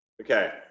Okay